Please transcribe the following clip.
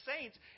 saints